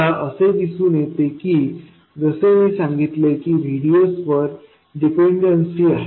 आता असे दिसून येते की जसे मी सांगितले कीVDS वर डिपेन्डन्सी आहे